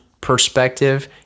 perspective